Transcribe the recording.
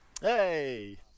Hey